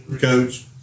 coach